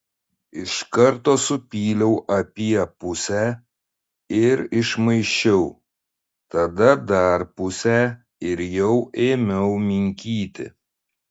iš karto supyliau apie pusę ir išmaišiau tada dar pusę ir jau ėmiau minkyti